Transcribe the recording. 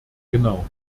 genau